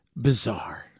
bizarre